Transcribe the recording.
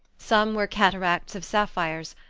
some were cataracts of sapphires,